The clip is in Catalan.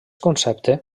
concepte